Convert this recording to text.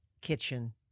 kitchen